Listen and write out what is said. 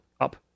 up